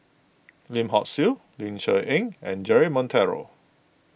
Lim Hock Siew Ling Cher Eng and Jeremy Monteiro